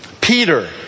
Peter